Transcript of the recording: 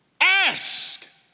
ask